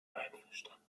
einverstanden